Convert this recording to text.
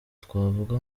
twavuga